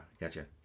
gotcha